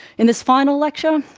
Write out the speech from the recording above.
in this final lecture,